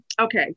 okay